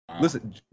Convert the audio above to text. Listen